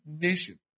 nation